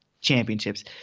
championships